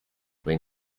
when